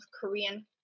Korean